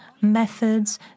methods